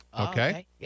Okay